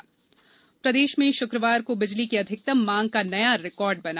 बिजली मांग प्रदेश में षुक़वार को बिजली की अधिकतम मांग का नया रिकार्ड बना